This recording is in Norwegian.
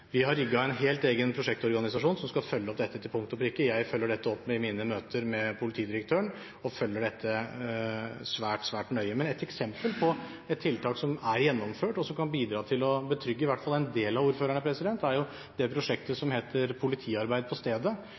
Vi har rigget en helt egen prosjektorganisasjon som skal følge opp dette til punkt og prikke. Jeg følger dette opp i mine møter med politidirektøren og følger dette svært nøye. Et eksempel på et tiltak som er gjennomført, og som kan bidra til å betrygge i hvert fall en del av ordførerne, er det prosjektet som heter «Politiarbeid på stedet»,